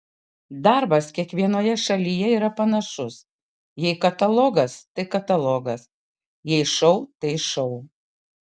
darbas kiekvienoje šalyje yra panašus jei katalogas tai katalogas jei šou tai šou